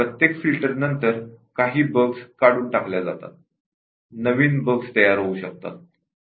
प्रत्येक फिल्टर नंतर काही बग् काढून टाकले जातात आणि नवीन बग तयार होऊ शकतात